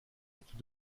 atout